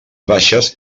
baixes